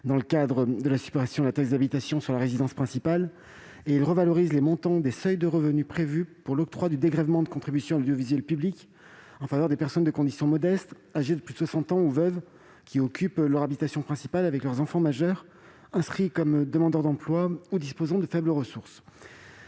dans le cadre de la suppression de la taxe d'habitation sur la résidence principale. Il revalorise, d'autre part, les montants des seuils de revenus prévus pour l'octroi de dégrèvements de contribution à l'audiovisuel public en faveur des personnes de condition modeste, âgées de plus de 60 ans ou veuves, qui occupent leur habitation principale avec leurs enfants majeurs inscrits comme demandeurs d'emploi ou disposant de faibles ressources.